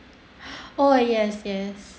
oh yes yes